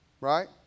Right